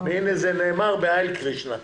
הנה, זה נאמר בהיי לישנה.